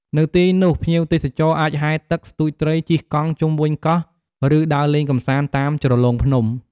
នៅទីនោះ ភ្ញៀវទេសចរអាច ហែលទឹក ស្ទូចត្រី ជិះកង់ជុំវិញកោះ ឬដើរលេងកម្សាន្តតាមជ្រលងភ្នំ។